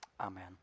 Amen